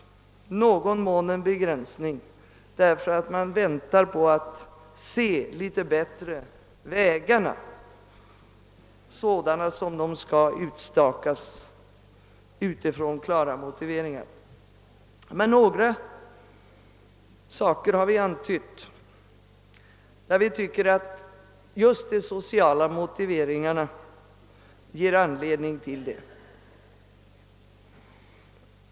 I någon mån har denna begränsning skett därför att man litet bättre velat se hur vägarna kommer att te sig när de utstakats utifrån klara motiveringar. Men några saker har vi antytt där vi tycker att just de sociala motiveringarna ger anledning därtill.